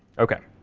ok.